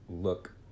look